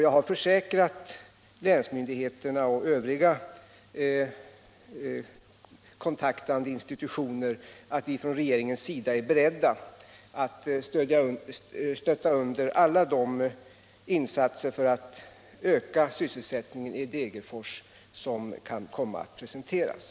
Jag har försäkrat länsmyndigheterna och övriga kontaktade institutioner att vi från regeringens sida är beredda att stötta under alla de insatser för att öka sysselsättningen i Degerfors som kan komma att bli aktuella.